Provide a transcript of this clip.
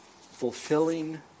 fulfilling